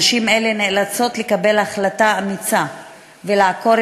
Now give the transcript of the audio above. נשים אלה נאלצות לקבל החלטה אמיצה ולעקור